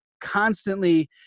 constantly